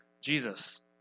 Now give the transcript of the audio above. Jesus